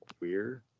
Weird